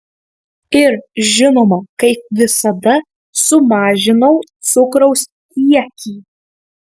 ir žinoma kaip visada sumažinau cukraus kiekį